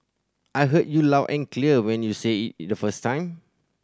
I heard you loud and clear when you said it the first time